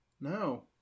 No